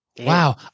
wow